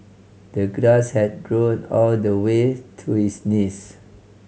the grass had grown all the way to his knees